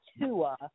Tua